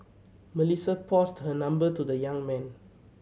Melissa passed her number to the young man